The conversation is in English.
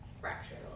fractured